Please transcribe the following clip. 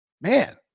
Man